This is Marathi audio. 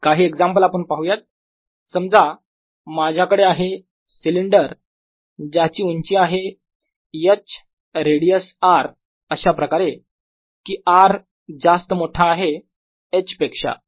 काही एक्झाम्पल आपण पाहूयात समजा माझ्याकदे आहे सिलेंडर ज्याची उंची आहे h रेडियस r अशाप्रकारे कि r जास्त मोठा आहे h पेक्षा